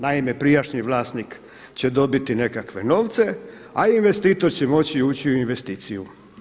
Naime, prijašnji vlasnik će dobiti nekakve novce, a investitor će moći ući u investiciju.